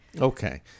Okay